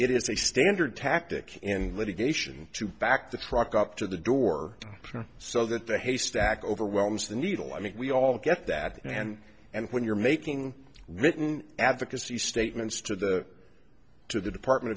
it is a standard tactic and litigation to back the truck up to the door so that the haystack overwhelms the needle i mean we all get that and and when you're making written advocacy statements to the to the department